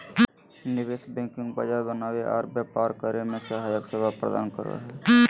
निवेश बैंकिंग बाजार बनावे आर व्यापार करे मे सहायक सेवा प्रदान करो हय